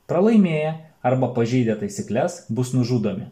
pralaimėję arba pažeidę taisykles bus nužudomi